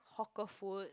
hawker food